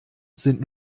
sind